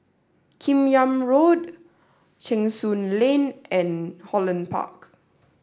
kim Yam Road Cheng Soon Lane and Holland Park